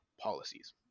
policies